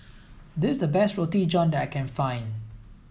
this a best Roti John that I can find